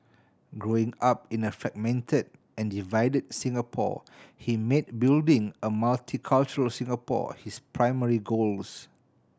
growing up in a fragmented and divided Singapore he made building a multicultural Singapore his primary goals